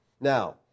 Now